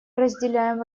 разделяем